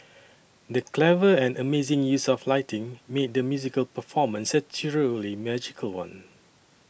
the clever and amazing use of lighting made the musical performance a rudely magical one